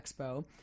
expo